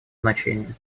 значение